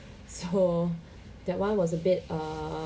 so that [one] was a bit err